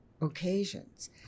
occasions